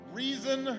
reason